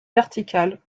vertical